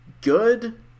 good